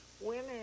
women